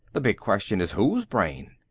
the big question is whose brain?